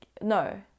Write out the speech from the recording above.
no